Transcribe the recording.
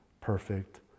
perfect